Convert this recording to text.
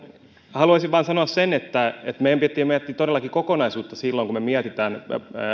haluaisin vain sanoa sen että meidän pitää miettiä todellakin kokonaisuutta silloin kun me mietimme